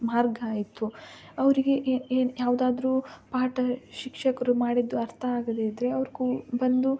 ಮಾರ್ಗ ಆಯಿತು ಅವರಿಗೆ ಯಾವುದಾದ್ರೂ ಪಾಠ ಶಿಕ್ಷಕರು ಮಾಡಿದ್ದು ಅರ್ಥ ಆಗದಿದ್ದರೆ ಅವ್ರು ಕೂ ಬಂದು